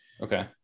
Okay